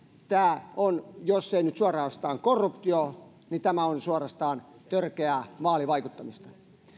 jos ei tämä nyt ole suorastaan korruptiota niin tämä on suorastaan törkeää vaalivaikuttamista